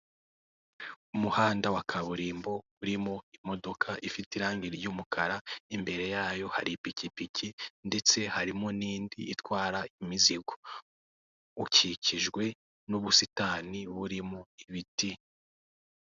Umuhanda wa kaburimbo urimo imodoka ifite irangi ry'umukara imbere yayo hari ipikipiki ndetse harimo n'indi itwara imizigo ukikijwe n'ubusitani burimo ibiti.